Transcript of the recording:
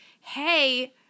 hey